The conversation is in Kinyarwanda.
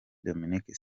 dominique